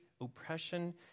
oppression